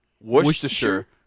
Worcestershire